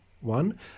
one